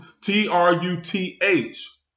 T-R-U-T-H